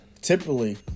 typically